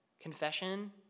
Confession